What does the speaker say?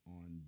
on